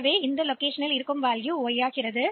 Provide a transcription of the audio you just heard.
எனவே இந்த இடம் y மதிப்பைப் பெறுகிறது